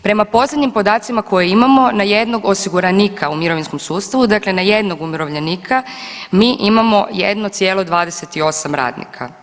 Prema posljednjim podacima koje imamo na jednog osiguranika u mirovinskom sustavu, dakle na jednog umirovljenika mi imamo 1,28 radnika.